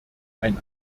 ein